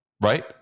right